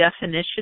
definition